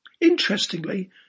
Interestingly